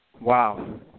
Wow